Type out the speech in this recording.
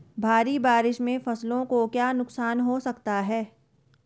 भारी बारिश से फसलों को क्या नुकसान हो सकता है?